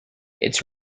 its